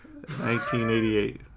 1988